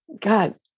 God